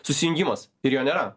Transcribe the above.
susijungimas ir jo nėra